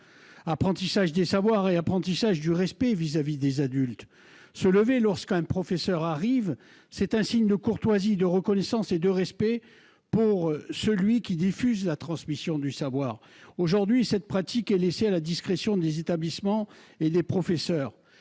apprentissage des savoirs et du respect vis-à-vis des adultes. Se lever lorsqu'un professeur arrive, c'est un signe de courtoisie, de reconnaissance et de respect pour celui qui diffuse et transmet le savoir. Aujourd'hui, cette pratique est laissée à la discrétion des établissements et des professeurs